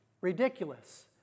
ridiculous